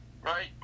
Right